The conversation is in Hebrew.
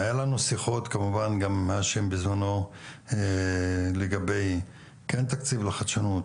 היו לנו שיחות כמובן גם בזמנו לגבי כן תקציב לחדשנות,